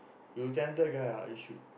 you talented guy ah you should